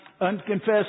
unconfessed